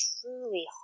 truly